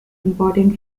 important